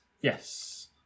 yes